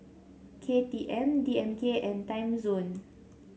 K T M D M K and Timezone